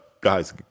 guys